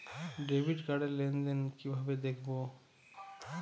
Debit card র লেনদেন কিভাবে দেখবো?